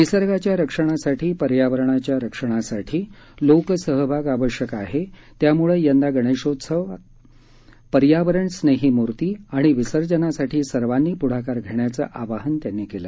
निसर्गाच्या रक्षणासाठी पर्यावरणाच्या रक्षणासाठी लोकसहभाग आवश्यक आहे त्याम्ळे यंदा गणेशोत्सवात पर्यावरण स्नेही मूर्ती आणि विसर्जनासाठी सर्वांनी प्ढाकार घेण्याचं आवाहन त्यांनी केलं